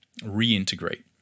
reintegrate